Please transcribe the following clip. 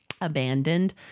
abandoned